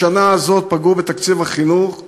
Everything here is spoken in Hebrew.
בשנה הזאת פגעו בתקציב החינוך על-ידו,